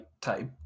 type